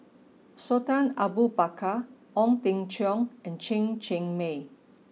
Sultan Abu Bakar Ong Teng Cheong and Chen Cheng Mei